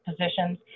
positions